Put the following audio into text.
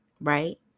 right